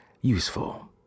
useful